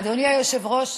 אדוני היושב-ראש,